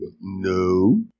No